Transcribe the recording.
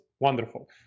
Wonderful